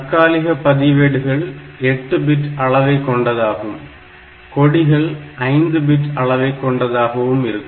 தற்காலிக பதிவேடுகள் 8 பிட் அளவை கொண்டதாகும் கொடிகள் 5 பிட் அளவைக் கொண்டதாகவும் இருக்கும்